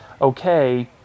okay